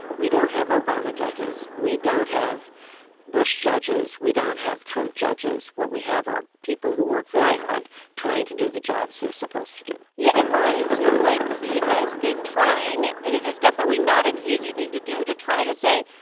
we don't have obama judges. we don't have bush judges. we don't have trump judges. what we have are people who work very hard trying to do the jobs they're supposed to do yeah. well, it it seems like he has been trying, and it is definitely not an easy thing to do to try to say,